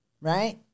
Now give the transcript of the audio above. Right